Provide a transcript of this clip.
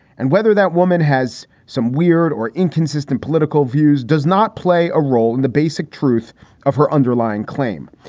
and whether that woman has some weird or inconsistent political views does not play a role in the basic truth of her underlying claim.